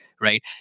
right